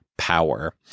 power